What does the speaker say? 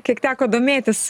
kiek teko domėtis